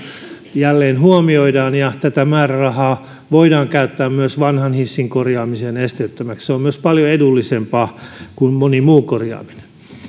jälleen huomioidaan ja tätä määrärahaa voidaan käyttää myös vanhan hissin korjaamiseen esteettömäksi se on myös paljon edullisempaa kuin moni muu korjaaminen